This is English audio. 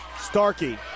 Starkey